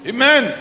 Amen